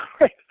right